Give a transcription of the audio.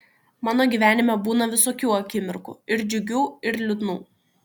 mano gyvenime būna visokių akimirkų ir džiugių ir liūdnų